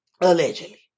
Allegedly